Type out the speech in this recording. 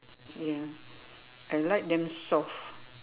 ya I like them soft